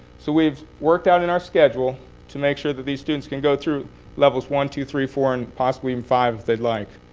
so we've worked out in our schedule to make sure that these students can go through levels one, two, three, four, and possibly even and five, if they'd like.